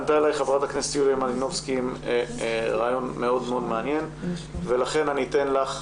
פנתה אלי ח"כ יוליה מלינובסקי עם רעיון מאוד מעניין ולכן אתן לך,